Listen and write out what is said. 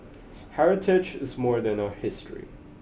heritage is more than our history